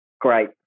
great